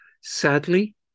sadly